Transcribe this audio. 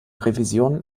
revisionen